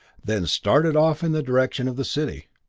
then started off in the direction of the city.